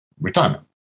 retirement